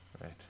Right